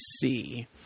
see